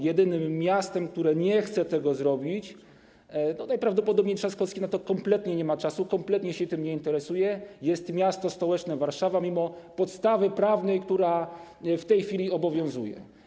Jedynym miastem, które nie chce tego zrobić - no najprawdopodobniej Trzaskowski na to kompletnie nie ma czasu, kompletnie się tym nie interesuje - jest m.st. Warszawa mimo podstawy prawnej, która w tej chwili obowiązuje.